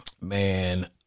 man